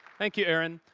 thank you, aaron.